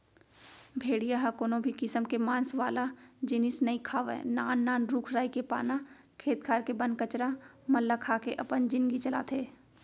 भेड़िया ह कोनो भी किसम के मांस वाला जिनिस नइ खावय नान नान रूख राई के पाना, खेत खार के बन कचरा मन ल खा के अपन जिनगी चलाथे